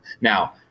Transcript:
Now